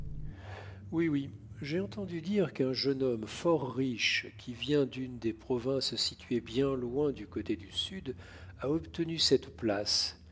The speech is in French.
oui oui j'ai entendu dire qu'un jeune homme fort riche qui vient d'une des provinces situées bien loin du côté du sud a obtenu cette place